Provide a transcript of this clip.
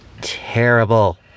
terrible